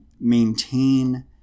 maintain